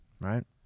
Right